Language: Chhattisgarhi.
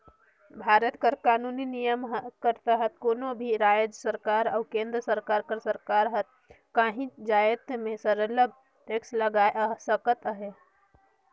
भारत कर कानूनी नियम कर तहत कोनो भी राएज सरकार अउ केन्द्र कर सरकार हर काहीं जाएत में सरलग टेक्स लगाए सकत अहे